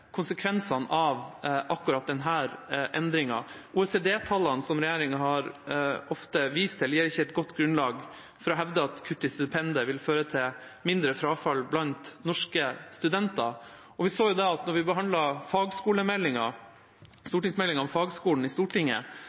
konsekvensene av akkurat denne endringen. OECD-tallene – som regjeringa ofte har vist til – gir ikke et godt grunnlag for å hevde at kutt i stipendet vil føre til mindre frafall blant norske studenter. Og vi så, da vi behandlet fagskolemeldingen i Stortinget, at